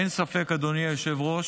אין ספק, אדוני היושב-ראש,